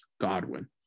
Godwin